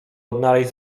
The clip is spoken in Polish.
odnaleźć